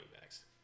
backs